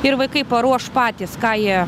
ir vaikai paruoš patys ką jie